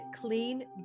Clean